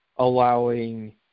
Allowing